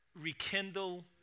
rekindle